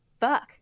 Fuck